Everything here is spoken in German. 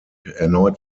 erneut